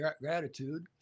gratitude